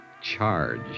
charge